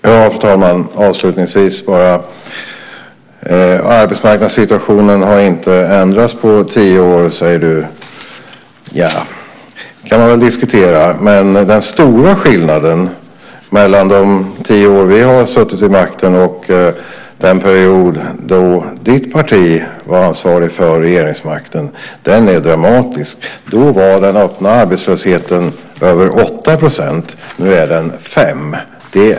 Fru talman! Avslutningsvis: Arbetsmarknadssituationen har inte ändrats på tio år, säger du. Det kan man väl diskutera. Men den stora skillnaden mellan de tio år vi har suttit vid makten och den period då ditt parti var ansvarigt för regeringsmakten är dramatisk. Då var den öppna arbetslösheten över 8 %, och nu är den 5 %.